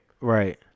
Right